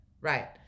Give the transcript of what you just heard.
right